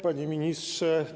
Panie Ministrze!